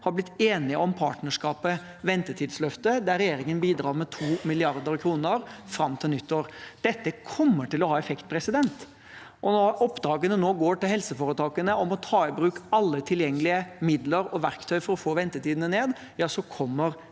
har blitt enige om partnerskapet Ventetidsløftet der regjeringen bidrar med 2 mrd. kr fram til nyttår. Dette kommer til å ha effekt. Når oppdraget nå går til helseforetakene om å ta i bruk alle tilgjengelige midler og verktøy for å få ventetidene ned, så kommer